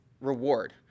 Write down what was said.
reward